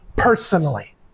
personally